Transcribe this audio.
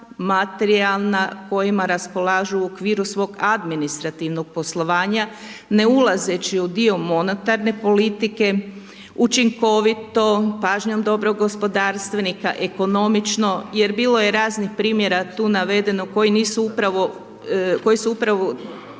materijalna kojima raspolažu u okviru svog administrativnog poslovanja, ne ulazeći u dio monetarne politike, učinkovito, pažnjom dobrog gospodarstvenika, ekonomično jer bilo je raznih primjera tu navedeno koji nisu upravo,